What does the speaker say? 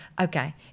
Okay